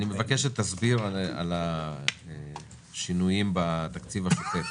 אני מבקש שתסביר על השינויים בתקציב השוטף.